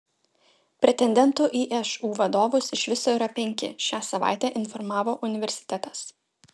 pretendentų į šu vadovus iš viso yra penki šią savaitę informavo universitetas